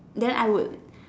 then I would